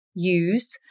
use